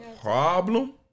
problem